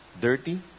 Dirty